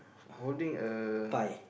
holding a